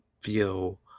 feel